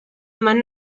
eman